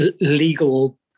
legal